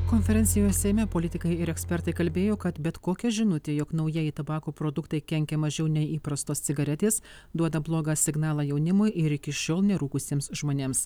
konferencijoj seime politikai ir ekspertai kalbėjo kad bet kokia žinutė jog naujieji tabako produktai kenkia mažiau nei įprastos cigaretės duoda blogą signalą jaunimui ir iki šiol nerūkusiems žmonėms